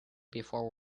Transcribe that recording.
before